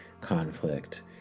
conflict